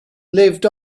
lived